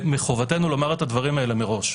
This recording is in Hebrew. מחובתנו לומר את הדברים האלה מראש.